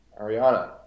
Ariana